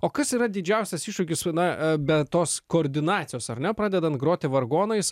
o kas yra didžiausias iššūkis su na a be tos koordinacijos ar ne pradedant groti vargonais